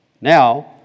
Now